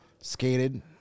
skated